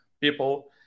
people